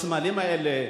בסמלים האלה,